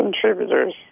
contributors